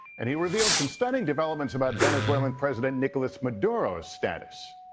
and he revealed some stunning developments about venezuelan president's nicolas maduro status.